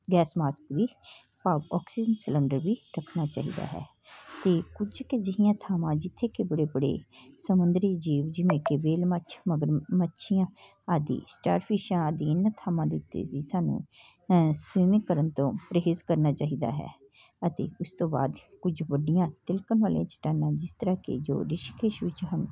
gas mask ਵੀ ਭਾਵ oxygen cylinder ਵੀ ਰੱਖਣਾ ਚਾਹੀਦਾ ਹੈ ਅਤੇ ਕੁਝ ਕੁ ਅਜਿਹੀਆਂ ਥਾਵਾਂ ਜਿੱਥੇ ਕਿ ਬੜੇ ਬੜੇ ਸਮੁੰਦਰੀ ਜੀਵ ਜਿਵੇਂ ਕਿ ਵੇਲ ਮੱਛ ਮਗਰ ਮੱਛੀਆਂ ਆਦਿ ਸਟਾਰਫਿਸ਼ਾਂ ਆਦਿ ਇਹਨਾਂ ਥਾਵਾਂ ਦੇ ਉੱਤੇ ਵੀ ਸਾਨੂੰ ਸਵੀਮਿੰਗ ਕਰਨ ਤੋਂ ਪਰਹੇਜ਼ ਕਰਨਾ ਚਾਹੀਦਾ ਹੈ ਅਤੇ ਉਸ ਤੋਂ ਬਾਅਦ ਕੁਝ ਵੱਡੀਆਂ ਤਿਲਕਣ ਵਾਲੀਆਂ ਚਟਾਨਾਂ ਜਿਸ ਤਰ੍ਹਾਂ ਕਿ ਜੋ ਰਿਸੀਕੇਸ਼ ਵਿੱਚ ਹਨ